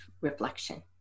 reflection